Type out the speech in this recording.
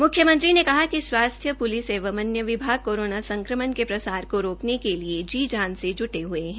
म्ख्यमंत्री ने कहा कि स्वास्थ्य प्लिस व अन्य विभाग कोरोना संक्रमण के प्रसार को रोकने के लिए जी जान से जूटे है